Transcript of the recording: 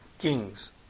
kings